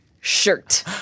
shirt